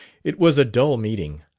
it was a dull meeting.